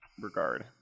regard